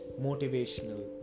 motivational